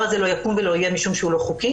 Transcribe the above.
הזה לא יקום ולא יהיה משום שהוא לא חוקי,